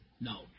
No